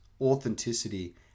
authenticity